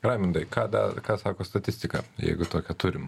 raimondui ką da ką sako statistika jeigu tokią turim